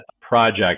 project